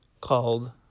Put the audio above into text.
called